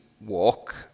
walk